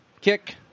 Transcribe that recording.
Kick